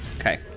Okay